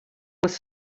was